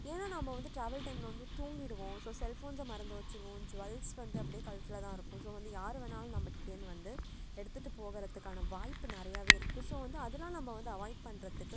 ஏன்னா நம்ம வந்து ட்ராவல் டைமில் வந்து தூங்கிடுவோம் ஸோ செல்ஃபோன்ஸை மறந்து வச்சிடுவோம் ஜூவெல்ஸ் வந்து அப்டி கழுத்தில் தான் இருக்கும் ஸோ வந்து யாரு வேணுணாலும் நம்ம கிட்டேருந்து வந்து எடுத்துகிட்டு போகிறதுக்கான வாய்ப்பு நிறையாவே இருக்கும் ஸோ வந்து அதெலாம் வந்து நம்ம அவாய்ட் பண்ணுறத்துக்கு